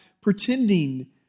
pretending